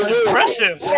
impressive